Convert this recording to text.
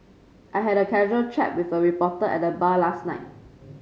I had a casual chat with a reporter at the bar last night